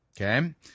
okay